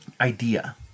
idea